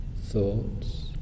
thoughts